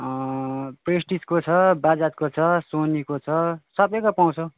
प्रेसटिजको छ बजाजको छ सोनीको छ सबैको पाउँछ